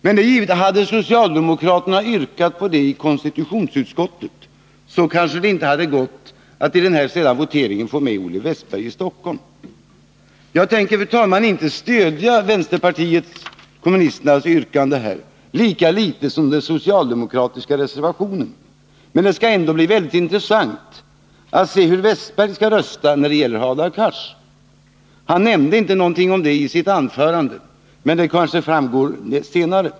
Men hade socialdemokraterna yrkat på detta i konstitutionsutskottet, hade det kanske inte gått att vid voteringen få med Olle Wästberg i Stockholm. Fru talman! Jag tänker inte stödja vänsterpartiet kommunisternas yrkande lika litet som den socialdemokratiska reservationen, men det skall ändå bli mycket intressant att se hur Olle Wästberg röstar när det gäller Hadar Cars. Olle Wästberg nämnde inte någonting om det i sitt anförande, men det kommer kanske att framgå senare.